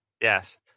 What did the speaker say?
Yes